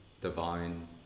Divine